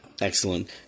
Excellent